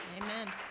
Amen